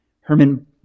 Herman